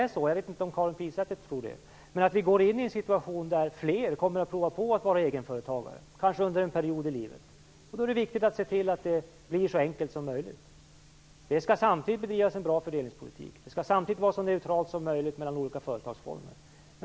Jag tror - jag vet inte om Karin Pilsäter tror det - att vi går in i en situation där fler kommer att prova på att vara egenföretagare under en period i livet. Då är det viktigt att se till att det blir så enkelt som möjligt. Samtidigt skall en bra fördelningspolitik bedrivas. Det skall samtidigt vara så neutralt som möjligt mellan olika företagsformer.